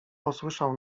posłyszał